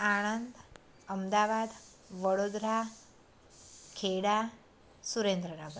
Anand Ahmedabad Vadodara Kheda Surendranagar